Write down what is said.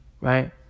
right